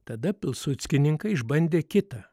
tada pilsudskininkai išbandė kitą